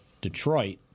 Detroit